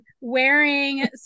wearing